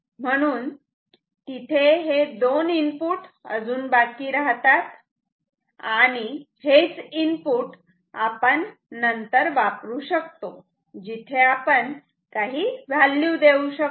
म्हणून तिथे हे दोन इनपुट अजून बाकी राहतात आणि हेच इनपुट आपण नंतर वापरू शकतो जिथे आपण काही व्हॅल्यू देऊ शकतो